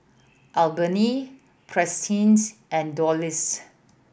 Albina Prentice and Delois